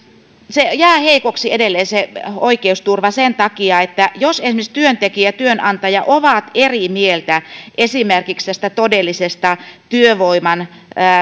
se oikeusturva jää heikoksi edelleen sen takia että jos työntekijä ja työnantaja ovat eri mieltä esimerkiksi tästä todellisesta työvoiman